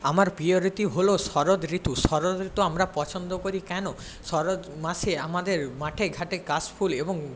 আমার প্রিয় ঋতু হল শরৎ ঋতু শরৎ ঋতু আমরা পছন্দ করি কেন শরৎ মাসে আমাদের মাঠে ঘাটে কাশ ফুল এবং